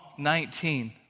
19